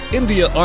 India